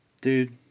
dude